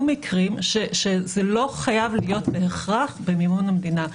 מקרים שזה לא חייב להיות בהכרח במימון המדינה.